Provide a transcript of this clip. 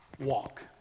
walk